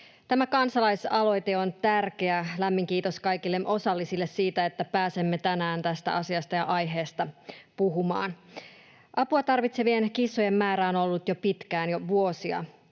Tämä kansalaisaloite on tärkeä. Lämmin kiitos kaikille osallisille siitä, että pääsemme tänään tästä asiasta ja aiheesta puhumaan. Apua tarvitsevien kissojen määrä on ollut jo pitkään, jo vuosia,